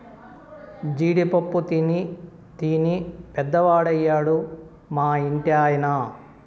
జీడి పప్పు తినీ తినీ పెద్దవాడయ్యాడు మా ఇంటి ఆయన